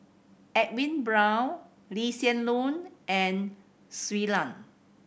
Edwin Brown Lee Hsien Loong and Shui Lan